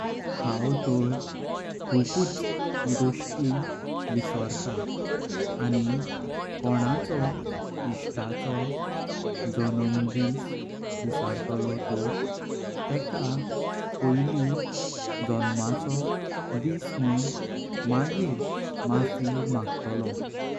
हाव तोर कचूप गोंस्ती विसोरता आणि कोणाचो इश्ताचो जूनम दिस। विसरलो तोर तेका पोळी जन्माचो दिस मुन मागीर माफी मागतालो।